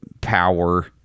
power